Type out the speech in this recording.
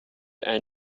and